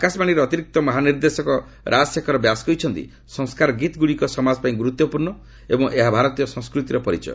ଆକାଶବାଣୀର ଅତିରିକ୍ତ ମହାନିର୍ଦ୍ଦେଶକ ରାଜଶେଖର ବ୍ୟାସ୍ କହିଛନ୍ତି ସଂସ୍କାରଗୀତ୍ ଗୁଡ଼ିକ ସମାଜ ପାଇଁ ଗୁରୁତ୍ୱପୂର୍ଣ୍ଣ ଏବଂ ଏହା ଭାରତୀୟ ସଂସ୍କୃତିର ପରିଚୟ